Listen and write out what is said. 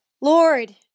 Lord